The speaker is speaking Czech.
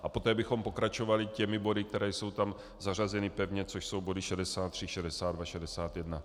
A poté bychom pokračovali těmi body, které jsou tam zařazeny pevně, což jsou body 63, 62, 61.